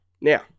Now